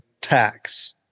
tax